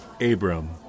Abram